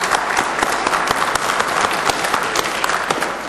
(מחיאות כפיים)